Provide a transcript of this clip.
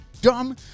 dumb